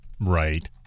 Right